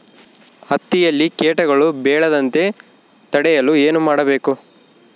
ಹತ್ತಿಯಲ್ಲಿ ಕೇಟಗಳು ಬೇಳದಂತೆ ತಡೆಯಲು ಏನು ಮಾಡಬೇಕು?